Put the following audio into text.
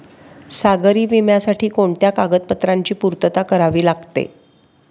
सागरी विम्यासाठी कोणत्या कागदपत्रांची पूर्तता करावी लागते?